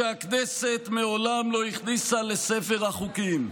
שהכנסת מעולם לא הכניסה לספר החוקים".